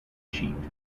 sheet